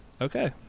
Okay